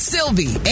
Sylvie